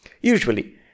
usually